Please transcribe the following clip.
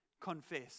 confess